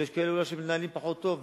כי יש כאלה אולי שמנהלים פחות טוב,